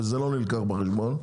וזה לא נלקח בחשבון.